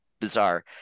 Bizarre